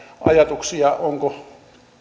ajatuksia onko